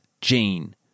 Gene